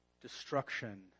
destruction